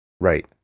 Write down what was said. Right